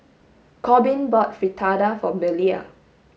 Corbin bought Fritada for Belia